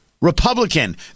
Republican